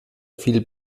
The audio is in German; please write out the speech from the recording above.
viel